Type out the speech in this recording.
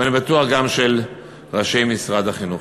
ואני בטוח גם של ראשי משרד החינוך.